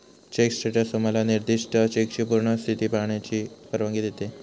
check status तुम्हाला निर्दिष्ट चेकची पूर्ण स्थिती पाहण्याची परवानगी देते